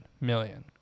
million